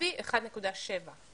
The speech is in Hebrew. לפי 1.7%